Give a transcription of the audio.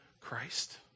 Christ